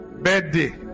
Birthday